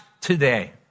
today